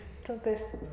Entonces